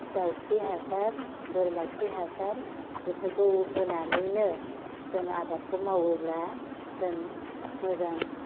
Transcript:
दाउखि हासार बोरमा खि हासार बेफोरखौ होनानैनो जों आबादखौ मावोब्ला जों मोजां